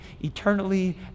eternally